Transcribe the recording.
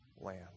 land